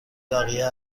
بقیه